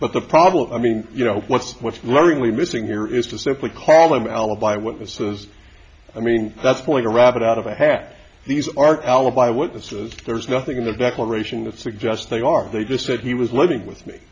but the problem i mean you know what's what's lovingly missing here is to simply call an alibi witnesses i mean that's point a rabbit out of a hat these are alibi witnesses there's nothing in the declaration of suggest they are they just said he was living with me